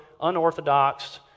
unorthodox